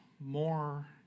more